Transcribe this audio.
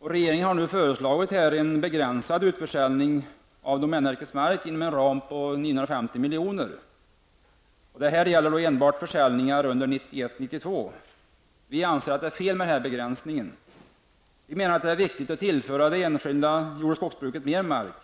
Regeringen har nu föreslagit en begränsad utförsäljning av domänverkets mark inom en ram på 950 miljoner. Detta gäller endast för försäljningar under 1991/92. Vi anser att det är fel med denna begränsning. Vi menar att det är viktigt att tillföra det enskilda jord och skogsbruket mer mark.